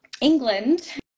England